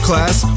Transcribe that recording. Class